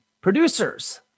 Producers